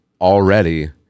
already